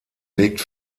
legt